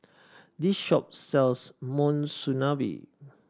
this shop sells Monsunabe